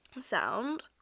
sound